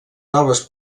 noves